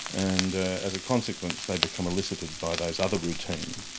and as a consequence they become elicited by those other routines.